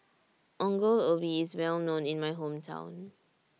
Ongol Ubi IS Well known in My Hometown